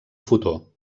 fotó